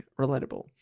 relatable